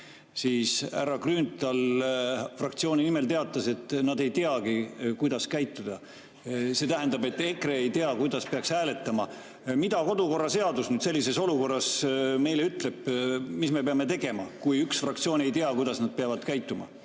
Härra Grünthal fraktsiooni nimel teatas, et nad ei teagi, kuidas käituda. See tähendab, et EKRE ei tea, kuidas peaks hääletama. Mida kodukorraseadus sellises olukorras meile ütleb? Mis me peame tegema, kui üks fraktsioon ei tea, kuidas nad peavad käituma?